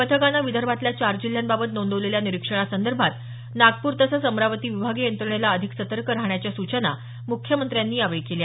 पथकानं विदर्भातल्या चार जिल्ह्यांबाबत नोंदवलेल्या निरीक्षणासंदर्भात नागपूर तसंच अमरावती विभागीय यंत्रणेला अधिक सतर्क राहण्याच्या सूचना मुख्यमंत्र्यांनी यावेळी केल्या